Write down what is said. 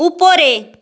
উপরে